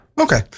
Okay